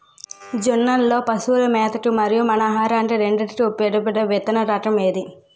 జొన్నలు లో పశువుల మేత కి మరియు మన ఆహారానికి రెండింటికి ఉపయోగపడే విత్తన రకం ఏది?